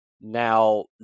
Now